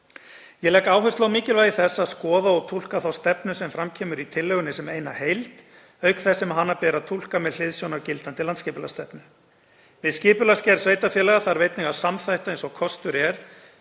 Ég legg áherslu á mikilvægi þess að skoða og túlka þá stefnu sem fram kemur í tillögunni sem eina heild, auk þess sem hana ber að túlka með hliðsjón af gildandi landsskipulagsstefnu. Við skipulagsgerð sveitarfélaga þarf einnig að samþætta eins og kostur er